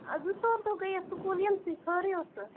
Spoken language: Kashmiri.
زٕ ژور دۄہ گٔیَس سکوٗل یِنسٕے خٲرے اوسہ